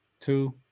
Two